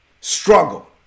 struggle